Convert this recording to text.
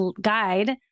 guide